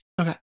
Okay